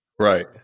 Right